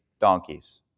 donkeys